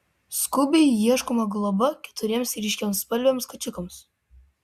skubiai ieškoma globa keturiems ryškiaspalviams kačiukams